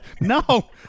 No